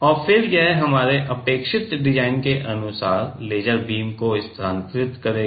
और फिर यह हमारे अपेक्षित डिजाइन के अनुसार लेजर बीम को स्थानांतरित करेगा